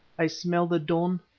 i smell the dawn,